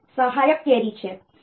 પછી સહાયક કેરી છે